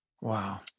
Wow